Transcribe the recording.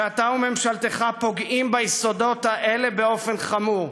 שאתה וממשלתך פוגעים ביסודות האלה באופן חמור.